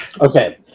Okay